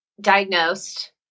diagnosed